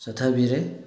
ꯆꯠꯊꯕꯤꯔꯦ